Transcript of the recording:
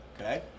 Okay